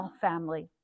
family